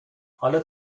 حالا